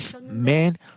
man